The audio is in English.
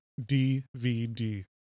DVD